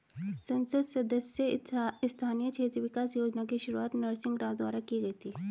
संसद सदस्य स्थानीय क्षेत्र विकास योजना की शुरुआत नरसिंह राव द्वारा की गई थी